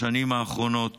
בשנים האחרונות